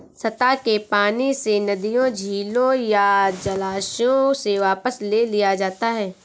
सतह के पानी से नदियों झीलों या जलाशयों से वापस ले लिया जाता है